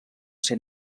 ser